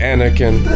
Anakin